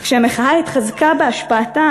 אך כשהמחאה התחזקה בהשפעתה,